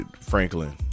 Franklin